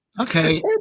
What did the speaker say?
Okay